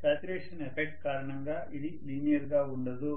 saturation effect కారణంగా ఇది linear గా ఉండదు